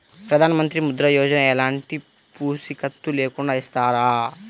ప్రధానమంత్రి ముద్ర యోజన ఎలాంటి పూసికత్తు లేకుండా ఇస్తారా?